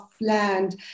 land